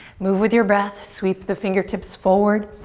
move with your breath. sweep the fingertips forward,